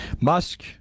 Musk